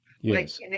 Yes